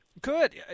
Good